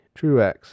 truex